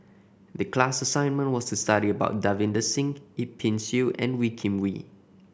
the class assignment was to study about Davinder Singh Yip Pin Xiu and Wee Kim Wee